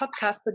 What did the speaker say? podcast